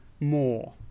more